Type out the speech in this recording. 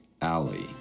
alley